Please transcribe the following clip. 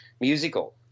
musical